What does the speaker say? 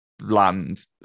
land